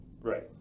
Right